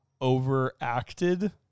overacted